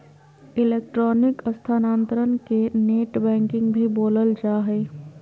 electronic स्थानान्तरण के net banking भी बोलल जा हइ